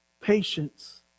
patience